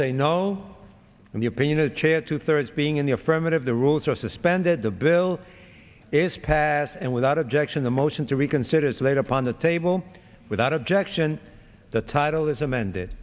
say no in the opinion of a chair two thirds being in the affirmative the rules are suspended the bill is passed and without objection the motion to reconsider is laid upon the table without objection the title is amended